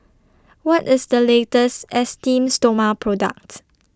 What IS The latest Esteem Stoma Product